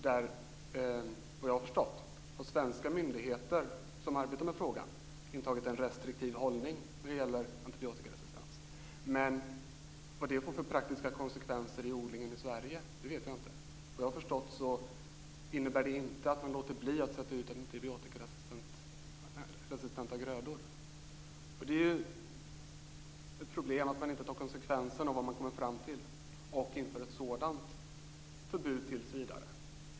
Där har, såvitt jag förstått, svenska myndigheter som arbetar med frågan intagit en restriktiv hållning. Men vad det får för praktiska konsekvenser vid odling i Sverige vet jag inte. Såvitt jag förstått innebär det inte att man låter bli att sätta ut antibiotikaresistenta grödor. Det är ett problem att man inte tar konsekvensen av vad man kommer fram till och inför ett förbud tills vidare.